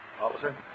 Officer